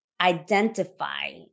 identify